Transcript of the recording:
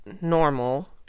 normal